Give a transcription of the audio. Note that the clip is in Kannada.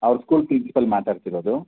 ಅವರ ಸ್ಕೂಲ್ ಪ್ರಿನ್ಸಿಪಾಲ್ ಮಾತಾಡ್ತಿರೋದು